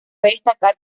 destacar